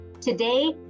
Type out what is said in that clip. Today